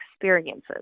experiences